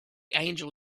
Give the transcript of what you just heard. angel